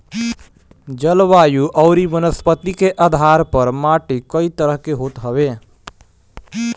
जलवायु अउरी वनस्पति के आधार पअ माटी कई तरह के होत हवे